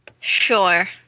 sure